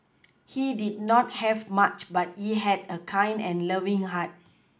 he did not have much but he had a kind and loving heart